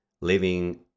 living